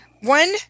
one